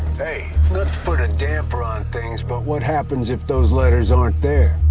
hey, not to put a damper on things, but what happens if those letters aren't there?